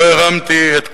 "לא הרמתי את קולי",